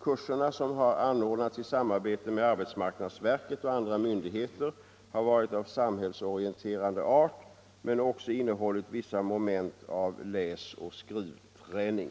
Kurserna, som har anordnats i samarbete med arbetsmarknadsverket och andra myndigheter, har varit av samhällsorienterande art men också innehållit vissa moment av läsoch skrivträning.